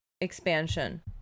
expansion